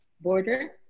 border